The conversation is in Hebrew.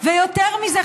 ויותר מזה,